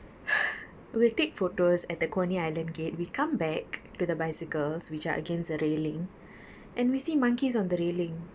we take photos at the coney island gate we come back to the bicycles which are against the railing and we see monkeys on the railing